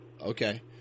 Okay